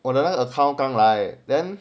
我的那个 account 刚来 then